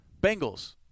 Bengals